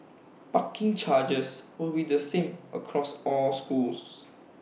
parking charges will be the same across all schools